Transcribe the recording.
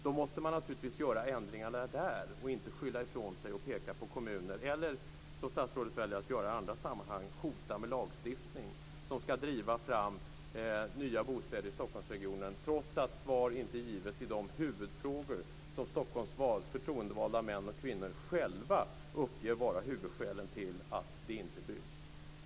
Då måste man naturligtvis genomföra ändringarna där och inte skylla ifrån sig på kommunerna eller - som statsrådet väljer att göra i andra sammanhang - hota med lagstiftning som ska driva fram nya bostäder i Stockholmsregionen trots att svar inte gives i de huvudfrågor som Stockholms förtroendevalda män och kvinnor själva uppger vara huvudskälet till att det inte byggs.